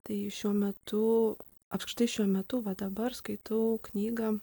tai šiuo metu apskritai šiuo metu va dabar skaitau knygą